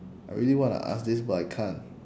I really wanna ask this but I can't